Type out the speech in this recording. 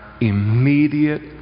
immediate